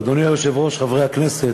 אדוני היושב-ראש, חברי הכנסת,